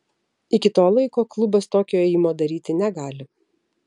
iki to laiko klubas tokio ėjimo daryti negali